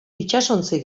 itsasontzi